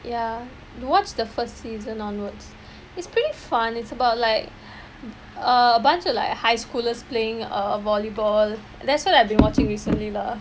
ya you watch the first season onwards is pretty fun it's about like err a bunch of like high schoolers playing err volleyball that's what I've been watching recently lah